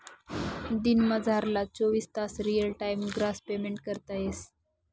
दिनमझारला चोवीस तास रियल टाइम ग्रास पेमेंट करता येस